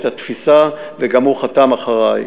את התפיסה וגם הוא חתם אחרי.